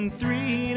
three